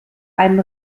einen